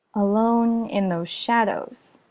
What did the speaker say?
alone. in those shadows!